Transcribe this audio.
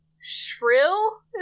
Shrill